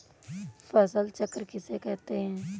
फसल चक्र किसे कहते हैं?